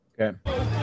okay